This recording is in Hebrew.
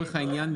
לצורך העניין,